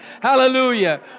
Hallelujah